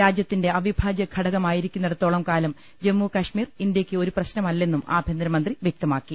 രാജ്യത്തിന്റെ അവിഭാജ്യഘടകമായിരിക്കുന്നിടത്തോളം കാലം ജമ്മുകശ്മീർ ഇന്ത്യക്ക് ഒരു പ്രശ്നമല്ലെന്നും ആഭ്യന്തരമന്ത്രി വ്യക്തമാക്കി